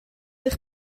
eich